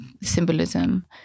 symbolism